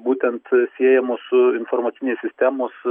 būtent siejamos su informacinės sistemos